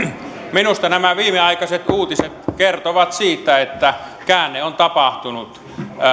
minusta nämä viimeaikaiset uutiset kertovat siitä että käänne on tapahtunut